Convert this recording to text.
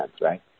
right